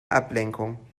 ablenkung